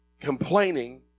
complaining